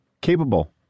Capable